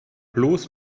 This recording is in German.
bloß